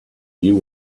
you